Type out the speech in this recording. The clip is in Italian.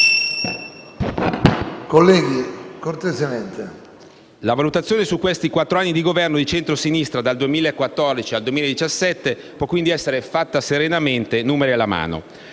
delle imposte sui redditi. La valutazione sui quattro anni di Governo di centrosinistra - dal 2014 al 2017 - può quindi essere fatta serenamente, numeri alla mano.